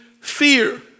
fear